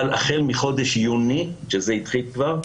אבל החל מחודש יוני, שהתחיל כבר,